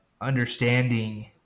understanding